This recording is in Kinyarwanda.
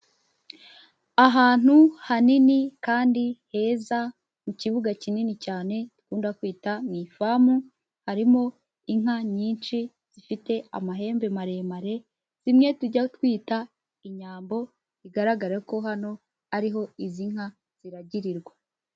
Aahantu hanini kandi heza mu kibuga kinini cyane dukunda kwita mu ifamu, harimo inka nyinshi zifite amahembe maremare zimwe tujya twita inyambo, bigaragarare ko hano ariho izi nka ziragirirwa.